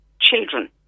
children